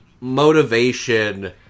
motivation